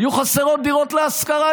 יהיו חסרות דירות להשכרה,